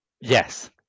Yes